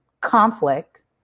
conflict